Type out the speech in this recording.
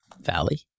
Valley